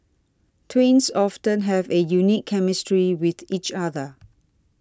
twins often have a unique chemistry with each other